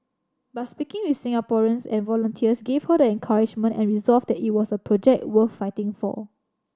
but speaking with Singaporeans and volunteers gave her the encouragement and resolve that it was a project worth fighting for